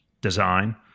design